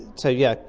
so yes,